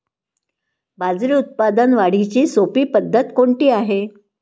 बाजरी उत्पादन वाढीची सोपी पद्धत कोणती आहे?